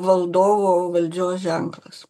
valdovo valdžios ženklas